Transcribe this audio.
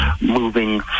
moving